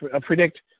predict